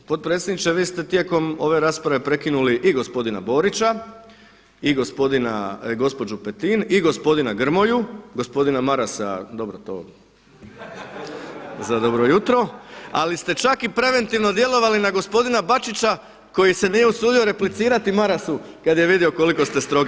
Potpredsjedniče vi ste tijekom ove rasprave prekinuli i gospodina Borića, i gospođu Petin, i gospodina Grmoju, gospodina Marasa dobro to za dobro jutro, ali ste čak i preventivno djelovali na gospodina Bačića koji se nije usudio replicirati Marasu kad je vidio koliko ste strogi.